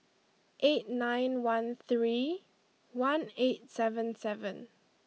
eight nine one three one eight seven seven